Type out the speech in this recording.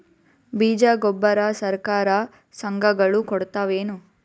ಬೀಜ ಗೊಬ್ಬರ ಸರಕಾರ, ಸಂಘ ಗಳು ಕೊಡುತಾವೇನು?